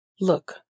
Look